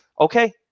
okay